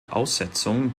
aussetzung